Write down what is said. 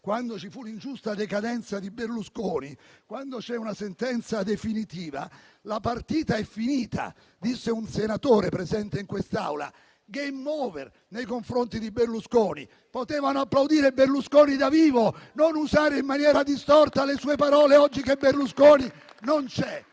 quando ci fu l'ingiusta decadenza di Berlusconi: quando c'è una sentenza definitiva, la partita è finita. Lo disse un senatore presente in quest'Aula: *game over* nei confronti di Berlusconi. Potevano applaudire Berlusconi da vivo e non usare in maniera distorta le sue parole oggi che Berlusconi non c'è.